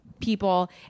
people